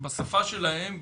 בשפה שלהם,